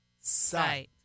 sight